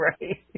Right